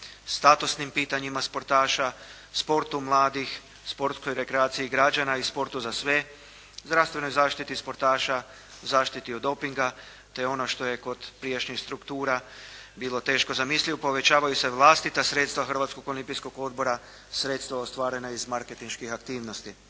statusnim pitanjima sportaša, sportu mladih, sportskoj rekreaciji građana i sportu za sve, zdravstvenoj zaštiti sportaša, zaštiti od dopinga te ono što je kod prijašnjih struktura bilo teško zamislivo, povećavaju se vlastita sredstva Hrvatskog olimpijskog odbora, sredstva ostvarena iz marketinških aktivnosti.